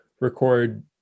record